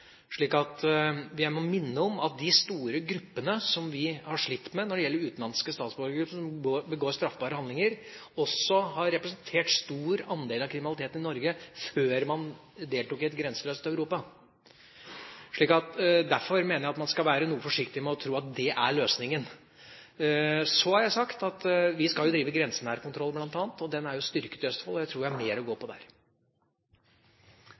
Jeg må minne om at de store gruppene som vi har slitt med når det gjelder utenlandske statsborgere som begår straffbare handlinger, også representerte en stor andel av kriminaliteten i Norge før man deltok i et grenseløst Europa. Derfor mener jeg man skal være noe forsiktig med å tro at dét er løsningen. Så har jeg sagt at vi bl.a. skal drive grensenær kontroll. Den er styrket i Østfold, og jeg tror vi har mer å gå på